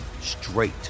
straight